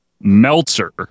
Meltzer